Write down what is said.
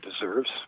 deserves